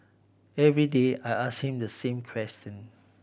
every day I ask him the same question